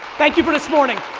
thank you for this morning,